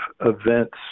events